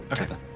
Okay